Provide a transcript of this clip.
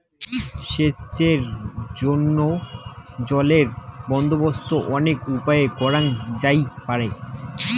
সেচের জইন্যে জলের বন্দোবস্ত অনেক উপায়ে করাং যাইপারে